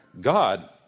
God